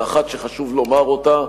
האחת שחשוב לומר אותה: